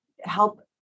help